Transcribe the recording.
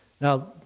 Now